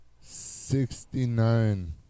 Sixty-nine